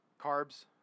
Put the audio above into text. carbs